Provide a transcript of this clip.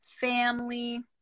family